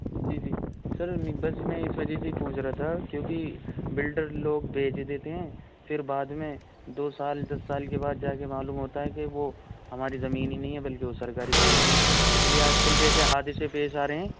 جی جی سر بس میں اس وجہ ہی سے پوچھ رہا تھا کیونکہ بلڈر لوگ بیچ دیتے ہیں پھر بعد میں دو سال دس سال کے بعد جا کے معلوم ہوتا ہے کہ وہ ہماری زمین ہی نہیں ہے بلکہ وہ سرکاری زمین ہے اس لیے آج کل جیسے حادثے پیش آ رہے ہیں